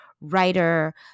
writer